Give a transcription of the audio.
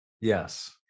Yes